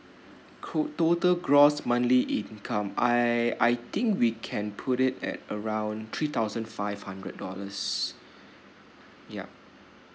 cool total gross monthly income I I think we can put it at around three thousand five hundred dollars yup